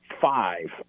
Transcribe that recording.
five